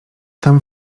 tam